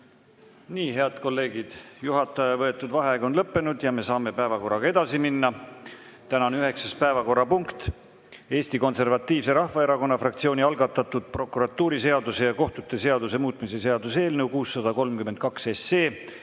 Nii, head kolleegid, juhataja võetud vaheaeg on lõppenud ja me saame päevakorraga edasi minna. Tänane üheksas päevakorrapunkt, Eesti Konservatiivse Rahvaerakonna fraktsiooni algatatud prokuratuuriseaduse ja kohtute seaduse muutmise seaduse eelnõu 632